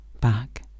back